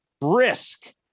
brisk